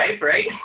right